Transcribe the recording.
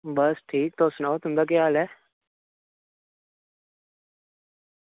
बस ठीक तुस सनाओ तुंदा केह् हाल ऐ